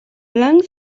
lungs